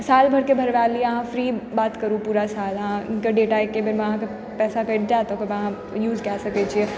साल भरिके भरबाय लिअ अहाँ फ्री बात करू पूरा साल अहाँके डेटा एक्के बेरमे अहाँके पैसा कटि जायत ओकरबाद अहाँ यूज कए सकय छियै